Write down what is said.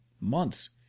months